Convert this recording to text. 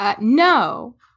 No